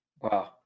Wow